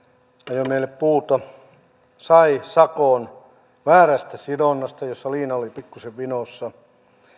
ajoi meille puuta sai sakon väärästä sidonnasta jossa liina oli pikkusen vinossa